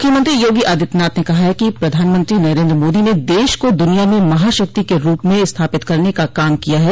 मुख्यमंत्री योगी आदित्यनाथ ने कहा है कि प्रधानमंत्री नरेन्द्र मोदी ने दश को दुनिया में महाशक्ति के रूप में स्थापित करने का काम किया है